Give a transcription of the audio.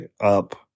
up